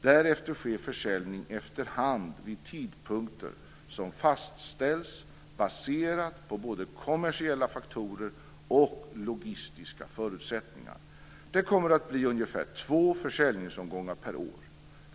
Därefter sker försäljningen efterhand vid tidpunkter som fastställs baserat på både kommersiella faktorer och logistiska förutsättningar. Det kommer att bli ungefär två försäljningsomgångar per år.